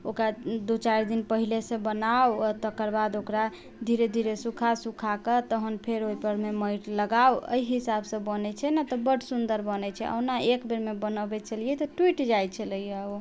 ओकरा दू चारि दिन पहिलेसँ बनाउ आओर तकरबाद ओकरा धीरे धीरे सूखा सूखा कऽ तहन फेर ओइपरमे माटि लगाउ अइ हिसाबसँ बनै छै ने तऽ बड़ सुन्दर बनै छै आओर ओना एकबेरमे बनबै छलियै तऽ टूटि जाइ छलैए ओ